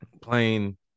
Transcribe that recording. playing